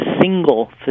single